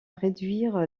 réduire